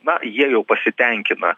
na jie jau pasitenkina